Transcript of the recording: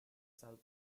south